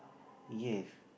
yes